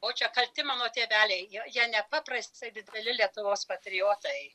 o čia kalti mano tėveliai jie nepaprastai dideli lietuvos patriotai